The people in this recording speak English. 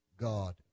God